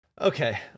Okay